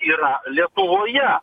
yra lietuvoje